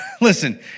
listen